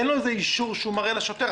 אין לו איזה אישור שהוא מראה לשוטר.